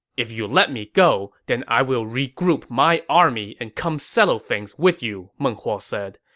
if you let me go, then i will regroup my army and come settle things with you, meng huo said.